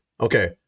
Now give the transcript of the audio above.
Okay